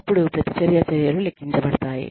అప్పుడు ప్రతిచర్య చర్యలు లెక్కించబడతాయి